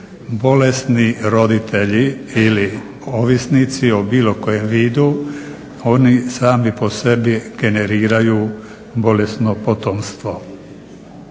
bolesni roditelji ili ovisnici o bilo kojem vidu oni sami po sebi generiraju bolesno potomstvo.